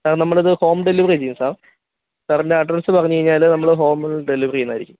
sir നമ്മളിത് home delivery ചെയ്യും sir സാറിൻ്റെ അഡ്രസ്സ് പറഞ്ഞുകഴിഞ്ഞാല് നമ്മള് ഹോംമില് ഡെലിവറി ചെയ്യുന്നതായിരിക്കും